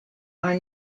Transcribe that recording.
are